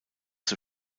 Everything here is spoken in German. zur